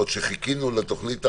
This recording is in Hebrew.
עוד כשחיכינו לתוכנית הרמזור,